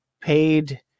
paid